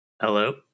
hello